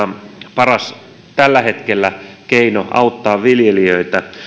paras keino tällä hetkellä auttaa viljelijöitä